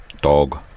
Dog